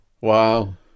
Wow